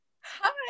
Hi